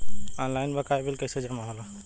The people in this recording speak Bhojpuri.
ऑनलाइन बकाया बिल कैसे जमा होला?